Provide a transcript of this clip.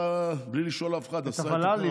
ועשה, בלי לשאול אף אחד, עשה את, את הוול"לים.